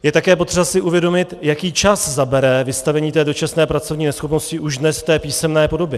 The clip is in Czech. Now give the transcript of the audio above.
Je také potřeba si uvědomit, jaký čas zabere vystavení té dočasné pracovní neschopnosti už dnes v té písemné podobě.